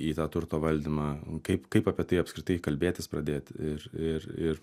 į tą turto valdymą kaip kaip apie tai apskritai kalbėtis pradėti ir ir ir